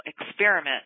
experiment